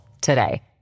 today